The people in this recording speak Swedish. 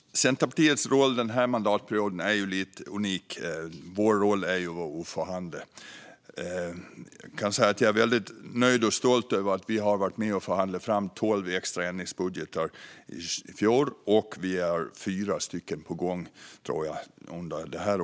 Centerpartiets roll denna mandatperiod är lite unik. Vår roll är att förhandla. Jag är väldigt nöjd och stolt över att vi har varit med och förhandlat fram tolv extra ändringsbudgetar i fjol, och jag tror att det redan är fyra på gång under detta år.